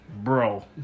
Bro